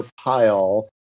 pile